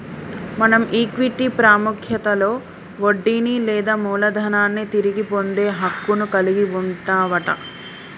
మనం ఈక్విటీ పాముఖ్యతలో వడ్డీని లేదా మూలదనాన్ని తిరిగి పొందే హక్కును కలిగి వుంటవట